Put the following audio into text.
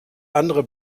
andere